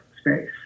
space